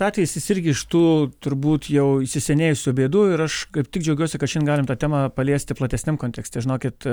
atvejis jis irgi iš tų turbūt jau įsisenėjusių bėdų ir aš kaip tik džiaugiuosi kad galim tą temą paliesti platesniam kontekste žinokit